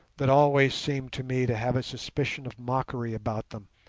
that always seemed to me to have a suspicion of mockery about them,